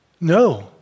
No